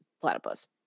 platypus